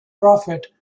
prophet